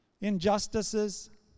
Injustices